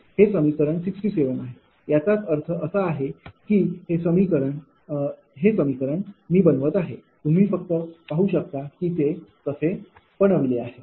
हे समीकरण 67 आहे याचा अर्थ असा की हे समीकरण हे समीकरण मी बनवत आहे तुम्ही फक्त पाह की ते कसे आहे